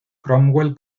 cromwell